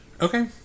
okay